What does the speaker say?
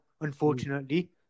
unfortunately